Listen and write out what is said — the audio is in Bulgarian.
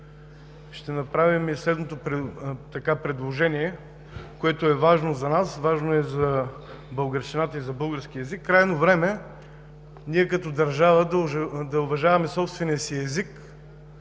ще направим и следното предложение, което е важно за нас, важно е за българщината и за българския език. Крайно време е ние като държава да уважаваме собствения си език,